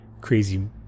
crazy